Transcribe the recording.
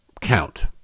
count